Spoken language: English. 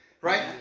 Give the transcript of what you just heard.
right